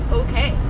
okay